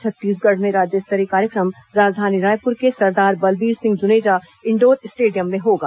छत्तीसगढ़ में राज्य स्तरीय कार्यक्रम राजधानी रायपुर के सरदार बलबीर सिंह जुनेजा इंडोर स्टेडियम में होगा